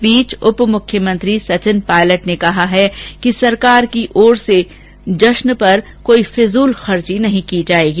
इस बीच उपमुख्यमंत्री सचिन पायलट ने कहा है कि सरकार की ओर से जश्न पर कोई फिजूल खर्ची नहीं की जायेगी